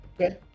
Okay